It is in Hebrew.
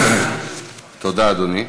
תודה, אדוני.